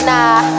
Nah